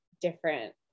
different